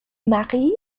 mari